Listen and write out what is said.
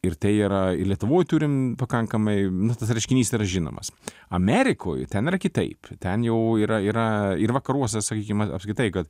ir tai yra ir lietuvoj turime pakankamai tas reiškinys yra žinomas amerikoj ten yra kitaip ten jau yra yra ir vakaruose sakykim apskritai kad